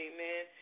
Amen